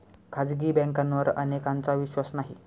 खाजगी बँकांवर अनेकांचा विश्वास नाही